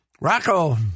Rocco